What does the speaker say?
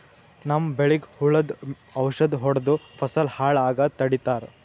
ನಮ್ಮ್ ಬೆಳಿಗ್ ಹುಳುದ್ ಔಷಧ್ ಹೊಡ್ದು ಫಸಲ್ ಹಾಳ್ ಆಗಾದ್ ತಡಿತಾರ್